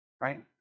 right